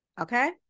okay